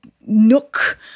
nook